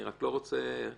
אני רק לא רוצה לעצור.